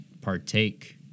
partake